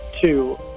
two